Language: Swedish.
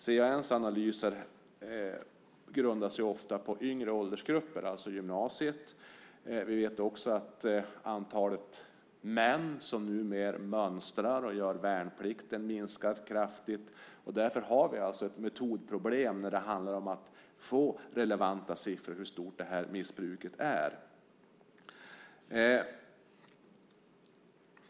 CAN:s analyser grundar sig ofta på yngre åldersgrupper, alltså gymnasiet. Vi vet också att antalet män som numera mönstrar och gör värnplikten minskar kraftigt. Därför har vi ett metodproblem när det handlar om att få relevanta siffror på hur stort det här missbruket är.